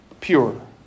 pure